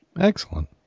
Excellent